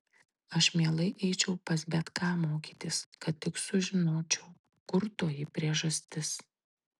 aš mielai eičiau pas bet ką mokytis kad tik sužinočiau kur toji priežastis